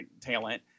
talent